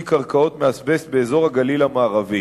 קרקעות מאזבסט באזור הגליל המערבי.